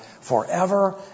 forever